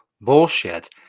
bullshit